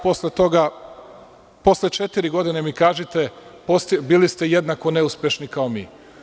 Posle toga, posle četiri godine mi kažite – bili ste jednako neuspešni kao mi.